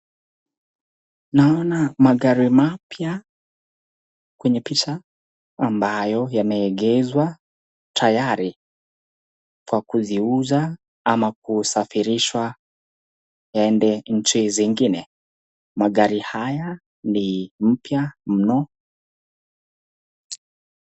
Naona magari mapya kwenye picha ambayo yameegeshwa tayari kwa kuziuza ama kusafirishwa yaende nchi zingine. Magari haya ni mpya mno.